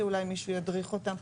שאולי מישהו ידריך אותם,